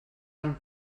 han